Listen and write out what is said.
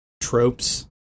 tropes